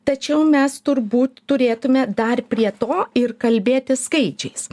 tačiau mes turbūt turėtume dar prie to ir kalbėti skaičiais